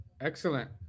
excellent